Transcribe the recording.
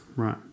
Right